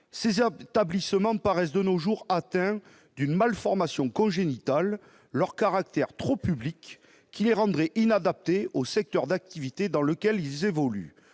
ces établissements paraissent de nos jours atteints d'une malformation congénitale, leur caractère trop public, qui les rendrait inadaptés au secteur d'activité dans lequel ils évoluent,